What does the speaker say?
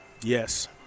Yes